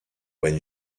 when